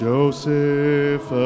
Joseph